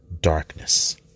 darkness